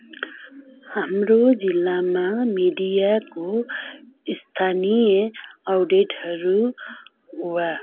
हाम्रो जिल्लामा मिडियाको स्थानीय आउडेटहरू वा